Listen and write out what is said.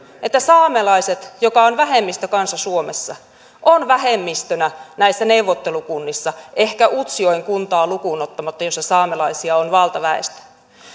että saamelaiset joka on vähemmistökansa suomessa on vähemmistönä näissä neuvottelukunnissa ehkä lukuun ottamatta utsjoen kuntaa jossa saamelaisia on valtaväestö